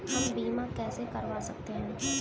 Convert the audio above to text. हम बीमा कैसे करवा सकते हैं?